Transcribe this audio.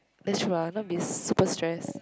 that's true ah not be super stressed